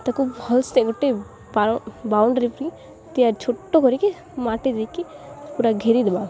ତାକୁ ଭଲ ସେ ଗୋଟେ ବାଉଣ୍ଡ୍ରି ଛୋଟ କରିକି ମାଟି ଦେଇକି ପୁରା ଘେରି ଦେବା